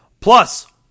Plus